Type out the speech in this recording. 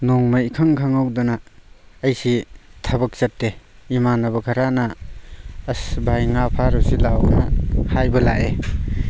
ꯅꯣꯡꯃ ꯏꯈꯪ ꯈꯪꯍꯧꯗꯅ ꯑꯩꯁꯤ ꯊꯕꯛ ꯆꯠꯇꯦ ꯏꯃꯥꯟꯅꯕ ꯈꯔꯅ ꯑꯁ ꯚꯥꯏ ꯉꯥ ꯐꯥꯔꯨꯁꯤ ꯂꯥꯎꯅ ꯍꯥꯏꯕ ꯂꯥꯛꯑꯦ